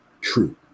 true